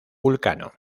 vulcano